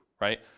right